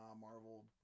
Marvel